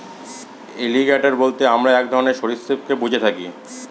alligator বলতে আমরা এক ধরনের সরীসৃপকে বুঝে থাকি